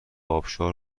ابشار